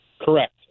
Correct